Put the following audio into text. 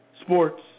sports